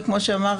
וכמו שאמר